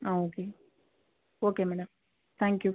ah okay okay madam thank you